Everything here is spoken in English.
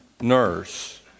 nurse